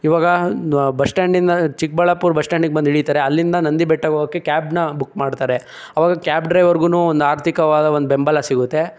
ಈವಾಗ ಬಸ್ ಸ್ಟ್ಯಾಂಡಿಂದ ಚಿಕ್ಕಬಳ್ಳಾಪುರ ಬಸ್ ಸ್ಟ್ಯಾಂಡಿಗೆ ಬಂದು ಇಳೀತಾರೆ ಅಲ್ಲಿಂದ ನಂದಿ ಬೆಟ್ಟಕ್ಕೆ ಹೋಗೋಕ್ಕೆ ಕ್ಯಾಬ್ನ ಬುಕ್ ಮಾಡ್ತಾರೆ ಆವಾಗ ಕ್ಯಾಬ್ ಡ್ರೈವರ್ಗೂ ಒಂದು ಆರ್ಥಿಕವಾದ ಒಂದು ಬೆಂಬಲ ಸಿಗುತ್ತೆ